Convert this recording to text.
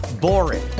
boring